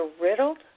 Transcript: riddled